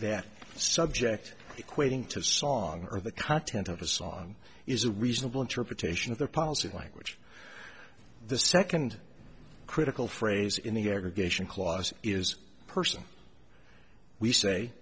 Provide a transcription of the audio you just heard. that subject equating to song or the content of a song is a reasonable interpretation of the policy language the second critical phrase in the aggregation clause is a person we say